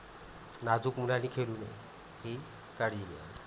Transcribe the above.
नाजूक मुलांनी खेळू नये ही काळजी घ्या